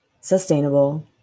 sustainable